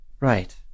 Right